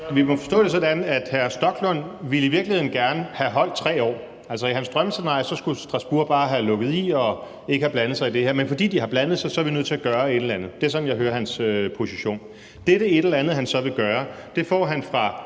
Vi må forstå det sådan, at hr. Rasmus Stoklund i virkeligheden gerne ville have holdt fast i 3 år. I hans drømmescenarie skulle Strasbourg bare have lukket i og ikke have blandet sig i det her. Men fordi de har blandet sig, er vi nødt til at gøre et eller andet. Det er sådan, jeg hører hans position. Dette et eller andet, han så vil gøre, får han fra